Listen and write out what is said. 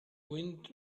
wind